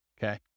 Okay